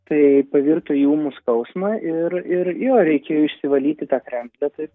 tai pavirto į ūmų skausmą ir ir jo reikėjo išsivalyti tą kremzlę taip